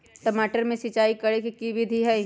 टमाटर में सिचाई करे के की विधि हई?